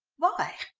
why?